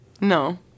no